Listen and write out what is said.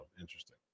interesting